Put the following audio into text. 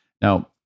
Now